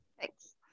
thanks